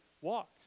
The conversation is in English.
walks